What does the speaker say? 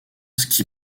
qui